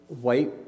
white